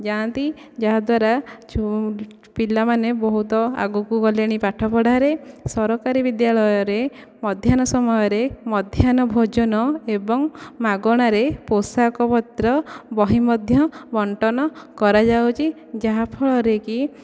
ଯାଆନ୍ତି ଯାହା ଦ୍ୱାରା ପିଲାମାନେ ବହୁତ ଆଗକୁ ଗଲେଣି ପାଠ ପଢ଼ାରେ ସରକାରୀ ବିଦ୍ୟାଳୟରେ ମଧ୍ୟାହ୍ନ ସମୟରେ ମଧ୍ୟାହ୍ନ ଭୋଜନ ଏବଂ ମାଗଣାରେ ପୋଷାକ ପତ୍ର ବହି ମଧ୍ୟ ବଣ୍ଟନ କରାଯାଉଛି ଯାହାଫଳରେ କି